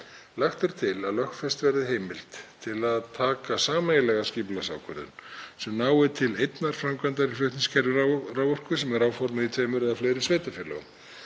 Lagt er til að lögfest verði heimild til að taka sameiginlega skipulagsákvörðun sem nái til einnar framkvæmdar í flutningskerfi raforku sem er áformuð í tveimur eða fleiri sveitarfélögum.